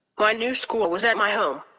my new school was at my home.